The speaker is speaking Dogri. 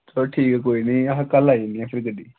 चलो ठीक ऐ कोई नी अस कल लाई जन्ने आं फिर गड्डी